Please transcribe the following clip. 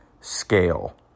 scale